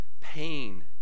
pain